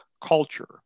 culture